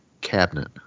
cabinet